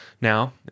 Now